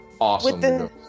awesome